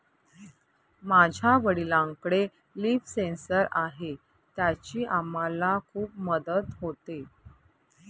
माझ्या वडिलांकडे leaf sensor आहे त्याची आम्हाला खूप मदत होते